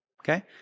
okay